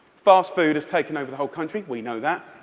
fast food has taken over the whole country we know that.